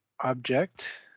object